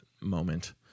moment